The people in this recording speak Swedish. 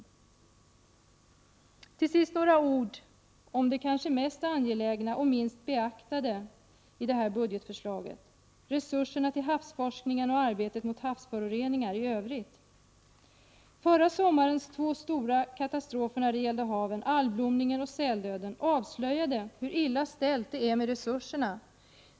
Till sist vill jag säga några ord om det kanske mest angelägna och minst beaktade i detta budgetförslag, nämligen resurser till havsforskning och arbete mot havsföroreningar i övrigt. Förra sommarens två stora katastrofer när det gäller haven, algblomningen och säldöden, avslöjade hur illa ställt det är med resurserna.